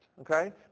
okay